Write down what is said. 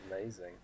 Amazing